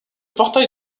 portail